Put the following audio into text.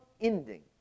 ending